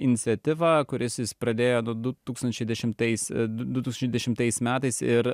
iniciatyva kuris jis pradėjo d du tūkstančiai dešimtais du tūkstančiai dešimtais metais ir